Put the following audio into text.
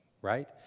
right